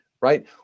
right